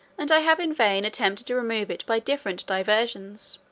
and i have in vain attempted to remove it by different diversions.